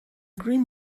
grim